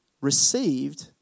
received